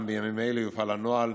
גם בימים אלה יופעל הנוהל,